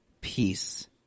peace